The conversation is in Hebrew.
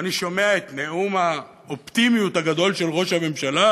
אני שומע את נאום האופטימיות הגדול של ראש הממשלה,